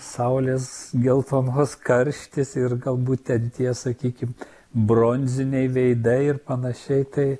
saulės geltonos karštis ir galbūt ten tie sakykim bronziniai veidai ir panašiai tai